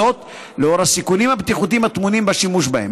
לנוכח הסיכונים הבטיחותיים הטמונים בשימוש בהם.